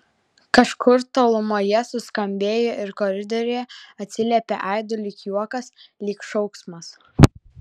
kažkur tolumoje suskambėjo ir koridoriuje atsiliepė aidu lyg juokas lyg šauksmas